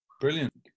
Brilliant